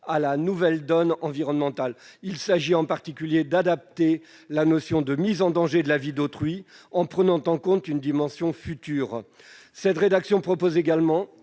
à la nouvelle donne environnementale. Il s'agit en particulier d'adapter la notion de mise en danger de la vie d'autrui, en prenant en compte une dimension future, et d'étendre cette